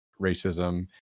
racism